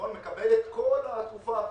מקבל את כל התקופה האבודה.